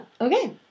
Okay